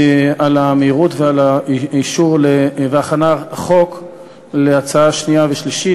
על המהירות ועל האישור והכנת חוק לקריאה שנייה ושלישית,